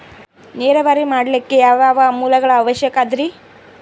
ನೇರಾವರಿ ಮಾಡಲಿಕ್ಕೆ ಯಾವ್ಯಾವ ಮೂಲಗಳ ಅವಶ್ಯಕ ಅದರಿ?